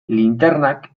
linternak